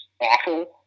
awful